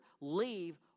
Leave